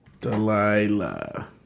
Delilah